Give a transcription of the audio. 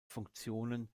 funktionen